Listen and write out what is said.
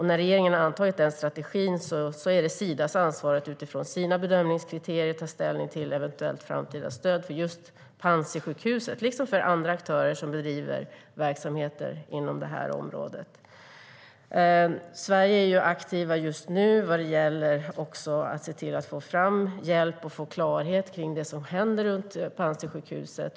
När regeringen har antagit strategin är det Sidas ansvar att utifrån sina bedömningskriterier ta ställning till eventuellt framtida stöd för just Panzisjukhuset liksom för andra aktörer som bedriver verksamheter inom detta område. Sverige är också aktivt i att se till att få fram hjälp och få klarhet i det som händer med Panzisjukhuset.